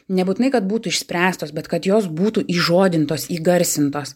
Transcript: nebūtinai kad būtų išspręstos bet kad jos būtų įžodintos įgarsintos